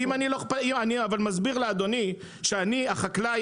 אבל אני מסביר לאדוני שאני החקלאי,